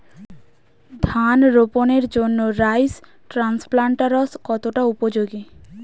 ধান রোপণের জন্য রাইস ট্রান্সপ্লান্টারস্ কতটা উপযোগী?